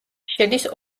შედის